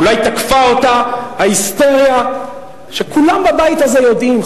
אולי תקפה אותה ההיסטריה שכולם בבית הזה יודעים,